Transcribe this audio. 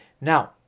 Now